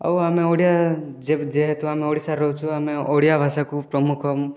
ଆଉ ଆମେ ଓଡ଼ିଆ ଯେ ଯେହେତୁ ଆମେ ଓଡ଼ିଶାରେ ରହୁଛୁ ଆମେ ଓଡ଼ିଆ ଭାଷାକୁ ପ୍ରମୁଖ